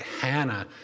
Hannah